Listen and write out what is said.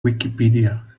wikipedia